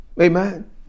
Amen